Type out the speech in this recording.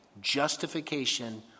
Justification